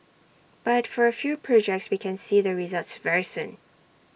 but for A few projects we can see the results very soon